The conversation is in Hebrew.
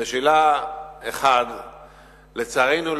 1. לצערנו,